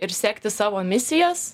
ir sekti savo emisijas